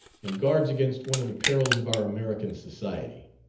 and guards against one of the perils of our american society.